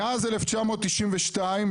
מאז 1982,